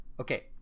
okay